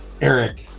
Eric